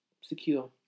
secure